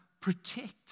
protect